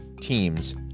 teams